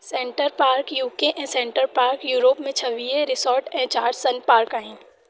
centre Parcs U K ऐं Center Parcs Europe में छवीह रिसॉर्ट् ऐं चारि सनपार्क आहिनि